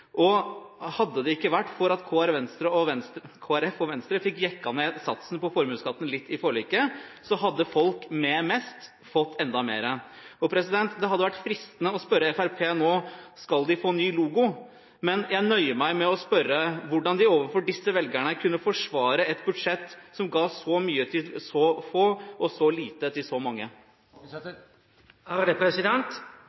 og hadde det ikke vært for at Kristelig Folkeparti og Venstre fikk jekket satsen på formuesskatten litt ned i forliket, så hadde folk med mest fått enda mer. Det hadde vært fristende å spørre Fremskrittspartiet nå om de skal få ny logo, men jeg nøyer meg med å spørre hvordan de overfor disse velgerne kunne forsvare et budsjett som ga så mye til så få, og så lite til så mange?